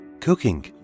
cooking